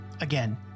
Again